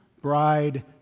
bride